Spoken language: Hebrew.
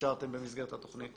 הכשרתם במסגרת התכנית?